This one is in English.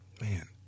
man